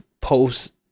post